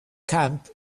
camp